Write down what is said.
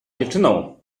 dziewczyną